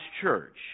church